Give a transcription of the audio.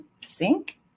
sink